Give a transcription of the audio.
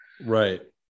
Right